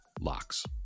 locks